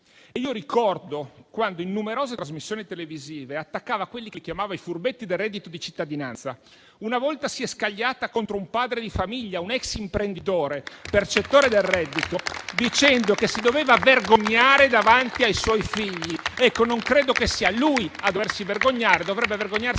Ricordo quando, in numerose trasmissioni televisive, attaccava quelli che chiamava i furbetti del reddito di cittadinanza. Una volta si è scagliata contro un padre di famiglia, un ex imprenditore percettore del reddito, dicendo che si doveva vergognare davanti ai propri figli. Non credo che sia lui a doversi vergognare: dovrebbe farlo